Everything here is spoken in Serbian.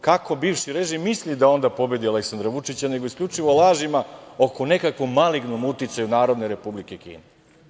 Kako bivši režim misli da onda pobedi Aleksandra Vučića nego isključivo lažima oko nekog malignog uticaja Narodne Republike Kine.